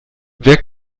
wer